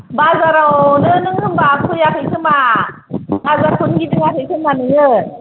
बाजारावनो नों होनबा फैयाखै खोमा बाजारखौनो गिदिंयाखै खोमा नोङो